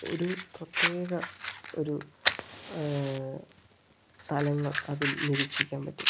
ഒരു പ്രത്യേക ഒരു തലങ്ങൾ അതിൽ നിരീക്ഷിക്കാൻ പറ്റും